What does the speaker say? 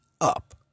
up